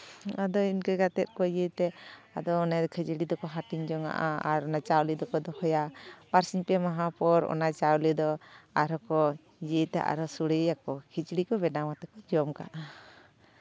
ᱟᱫᱚ ᱤᱱᱠᱟᱹ ᱠᱟᱛᱮᱫ ᱠᱚ ᱤᱭᱟᱹᱭ ᱛᱮ ᱟᱫᱚ ᱚᱱᱮ ᱠᱷᱟᱹᱡᱟᱲᱤ ᱫᱚᱠᱚ ᱦᱟᱹᱴᱤᱧ ᱡᱚᱱᱟᱜᱼᱟ ᱟᱨ ᱚᱱᱟ ᱪᱟᱣᱞᱮ ᱫᱚᱠᱚ ᱫᱚᱦᱚᱭᱟ ᱵᱟᱨᱥᱤᱧ ᱯᱮ ᱢᱟᱦᱟ ᱯᱚᱨ ᱚᱱᱟ ᱪᱟᱣᱞᱮ ᱫᱚ ᱟᱨᱦᱚᱸ ᱠᱚ ᱤᱭᱟᱹᱭ ᱛᱮ ᱟᱨᱦᱚᱸ ᱥᱳᱲᱮᱭᱟᱠᱚ ᱠᱷᱤᱪᱲᱤ ᱠᱚ ᱵᱮᱱᱟᱣ ᱛᱮᱠᱚ ᱡᱚᱢ ᱠᱟᱜᱼᱟ